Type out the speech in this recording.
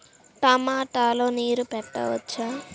టమాట లో నీరు పెట్టవచ్చునా?